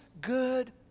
good